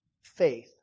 faith